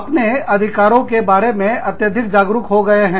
अपने अधिकारों के बारे में अत्यधिक जागरूक हो गए हैं